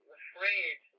afraid